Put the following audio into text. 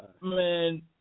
man